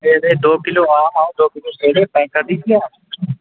میرے لیے دو کلو آم اور دو کلو کیلے پیک کر دیجیے آپ